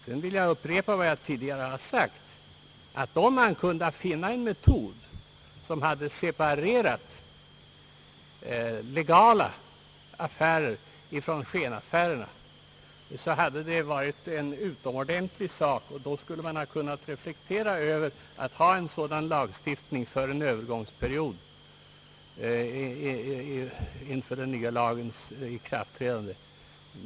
Så skulle jag vilja upprepa vad jag tidigare har sagt, att om man kunnat finna en metod att separera legala affärer från skenaffärer, så hade det varit utomordentligt bra — då skulle vi ha kunnat reflektera på en sådan lagstiftning för en övergångsperiod inför den nya lagens ikraftträdande.